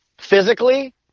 physically